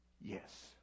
Yes